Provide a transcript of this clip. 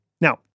Now